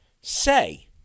say